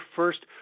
first